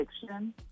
fiction